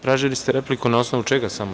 Tražili ste repliku, na osnovu čega samo?